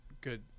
Good